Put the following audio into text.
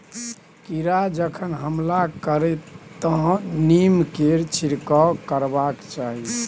कीड़ा जखन हमला करतै तँ नीमकेर छिड़काव करबाक चाही